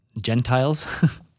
Gentiles